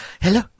Hello